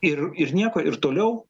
ir ir nieko ir toliau